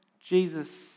Jesus